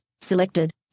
Selected